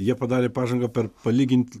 jie padarė pažangą per palyginti